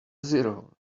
zero